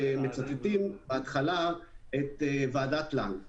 מצטטים בהתחלה את ועדת לנג מ-2014.